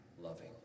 loving